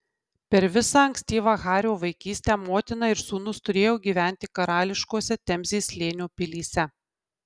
per visą ankstyvą hario vaikystę motina ir sūnus turėjo gyventi karališkose temzės slėnio pilyse